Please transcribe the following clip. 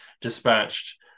dispatched